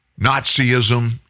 Nazism